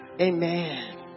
Amen